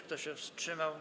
Kto się wstrzymał?